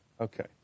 Okay